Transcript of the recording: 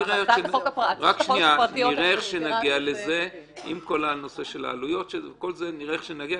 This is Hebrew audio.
עם כל הנושא של העלויות וכו', נראה איך נגיע.